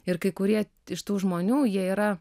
ir kai kurie iš tų žmonių jie yra